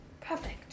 Perfect